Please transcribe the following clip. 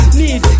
need